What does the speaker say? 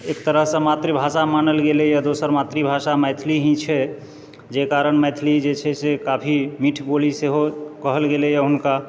एक तरहसँ मातृभाषा मानल गेलय हँ दोसर मातृभाषा मैथिली ही छै जाहि कारण मैथिली जे छै से काफी मीठ बोली सेहो कहल गेलै हँ हुनका